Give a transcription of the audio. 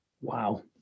wow